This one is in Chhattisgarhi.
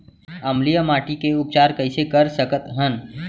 अम्लीय माटी के उपचार कइसे कर सकत हन?